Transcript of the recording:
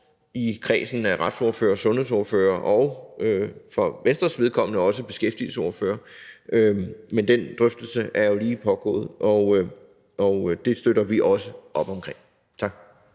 i kredsen af retsordførere og sundhedsordførere og for Venstres vedkommende også beskæftigelsesordfører. Men den drøftelse er jo lige pågået, og den støtter vi også op om. Tak.